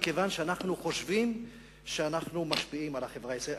מכיוון שאנחנו חושבים שאנחנו משפיעים על החברה הישראלית.